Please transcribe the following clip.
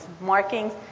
markings